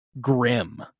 grim